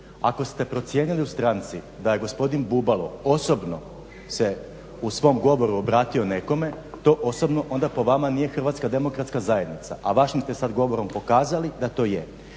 Ako ste procijenili u stranci da je gospodin Bubalo osobno se u svom govoru obratio nekome, to osobno onda po vama nije HDZ, a vašim ste sada govorom pokazali da to je.